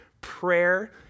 prayer